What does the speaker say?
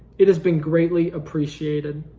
it has been greatly appreciated.